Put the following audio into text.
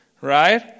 right